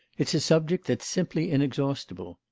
it's a subject that's simply inexhaustible!